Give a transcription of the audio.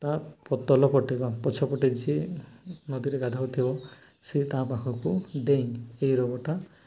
ତା ତଲ ପଟେ ବା ପଛ ପଟେ ଯିଏ ନଦୀରେ ଗାଧାଉ ଥିବ ସିଏ ତା ପାଖକୁ ଡେଇଁ ଏଇ ରୋଗଟା